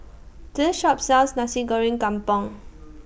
This Shop sells Nasi Goreng Kampung